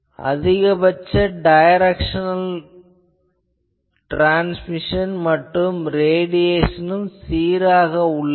மேலும் அதிகபட்ச directional transmission மற்றும் ரேடியேசனும் ஒரே சீராக உள்ளன